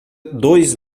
dois